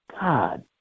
God